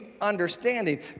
understanding